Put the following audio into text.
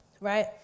Right